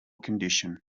condition